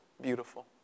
beautiful